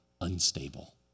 unstable